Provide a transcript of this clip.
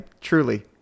truly